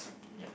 yup